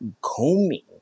combing